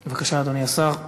בבקשה, אדוני השר.